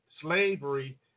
slavery